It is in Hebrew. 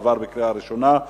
עברה בקריאה ראשונה,